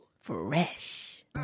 Fresh